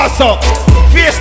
Face